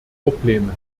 probleme